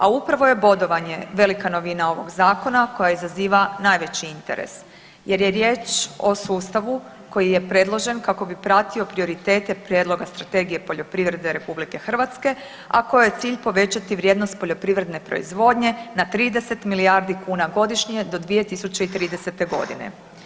A upravo je bodovanje velika novina ovog zakona koja izaziva najveći interes jer je riječ o sustavu koji je predložen kako bi pratio prioritete prijedloga Strategije poljoprivrede RH, a kojoj je cilj povećati vrijednost poljoprivredne proizvodnje na 30 milijardi kuna godišnje do 2030. godine.